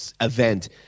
Event